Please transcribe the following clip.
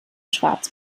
schwarz